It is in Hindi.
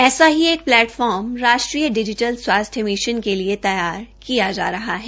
ऐसा ही एक प्लैटफार्म राष्ट्रीय डिजीटल स्वास्थ्य मिश्न के लिए तैयार किया जा रहा है